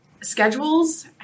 schedules